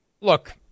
look